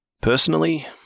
Personally